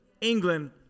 England